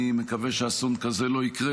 אני מקווה שאסון כזה לא יקרה,